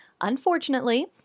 unfortunately